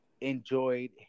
enjoyed